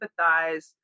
empathize